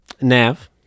Nav